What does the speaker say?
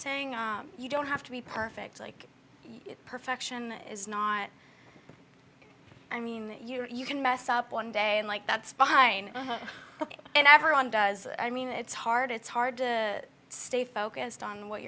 saying you don't have to be perfect like perfection is not i mean you can mess up one day and like that's fine and everyone does i mean it's hard it's hard to stay focused on what